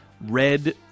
red